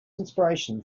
inspiration